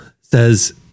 says